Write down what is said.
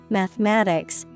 mathematics